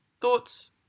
thoughts